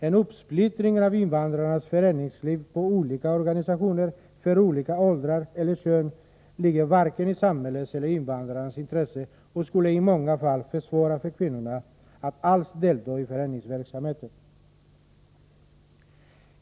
En uppsplittring av invandrarnas föreningsliv på olika organisationer för olika åldrar eller kön ligger varken i samhällets eller i invandrarnas intressen och skulle i många fall försvåra för kvinnorna att delta i föreningsverksamhet.